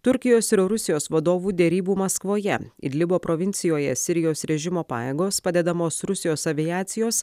turkijos ir rusijos vadovų derybų maskvoje idlibo provincijoje sirijos režimo pajėgos padedamos rusijos aviacijos